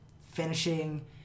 finishing